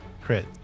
crit